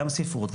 גם ספרות,